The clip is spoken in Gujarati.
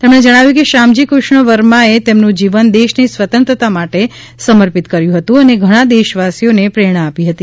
તેમણે જણાવ્યું કે શ્યામજી કૃષ્ણ વર્માએ તેમનું જીવન દેશની સ્વતંત્રતા માટે સમર્પિત કર્યું હતું અને ઘણા દેશવાસીઓને પ્રેરણા આપી હતી